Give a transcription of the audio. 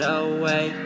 away